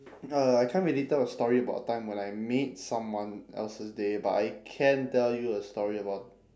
no no I can't really tell a story about a time when I made someone else's day but I can tell you a story about